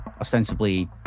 ostensibly